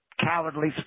cowardly